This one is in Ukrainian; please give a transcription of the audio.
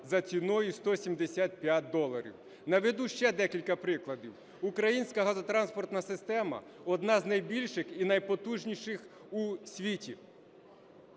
за ціною 175 доларів. Наведу ще декілька прикладів. Українська газотранспортна система – одна з найбільших і з найпотужніших у світі.